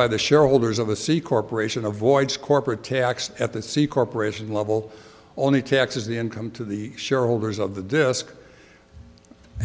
by the shareholders of a c corporation avoids corporate tax at the c corporation level only taxes the income to the shareholders of the desk